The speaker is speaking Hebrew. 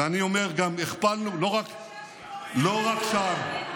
ואני אומר, גם הכפלנו, לא רק שם.